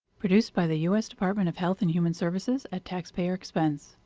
produced by the u s. department of health and human services at taxpayer expense.